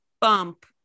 bump